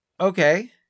Okay